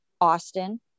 Austin